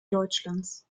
deutschlands